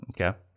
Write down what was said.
Okay